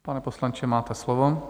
Pane poslanče, máte slovo.